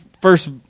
first